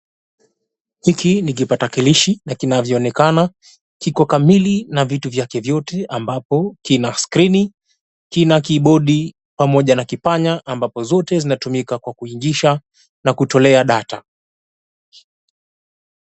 Hiki ni kipatakilishi, na kinavyoonekana kiko kamili na vitu vyake vyote ambapo kina skrini, kina kibodi pamoja na kipanya ambapo zote zinatumika kwa kuingisha na kutolea data.